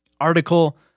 article